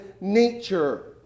nature